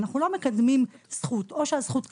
אנחנו לא מקדמים זכות, או שהזכות קיימת,